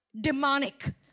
demonic